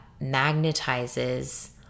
magnetizes